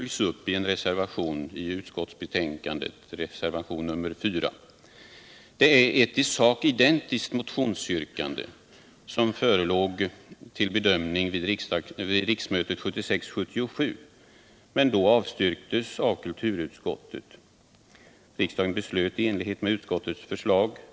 Jag ber att i sammanhanget få citera ett - Nr 92 stycke ur handikapputredningen Kultur åt alla.